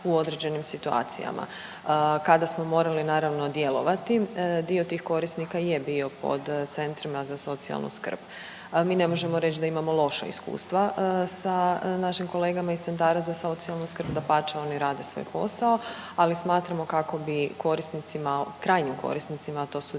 u određenim situacijama kada smo morali naravno djelovati. Dio tih korisnika je bio pod centrima za socijalnu skrb. Mi ne možemo reći da imamo loša iskustva sa našim kolegama iz centara za socijalnu skrb, dapače oni rade svoj posao, ali smatramo kako bi korisnicima, krajnjim korisnicima, a to su